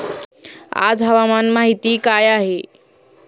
आज हवामान माहिती काय आहे?